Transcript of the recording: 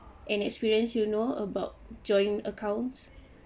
any experience you know about joint accounts